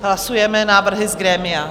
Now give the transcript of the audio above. Hlasujeme návrhy z grémia.